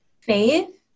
faith